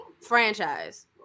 franchise